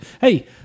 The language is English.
hey